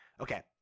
okay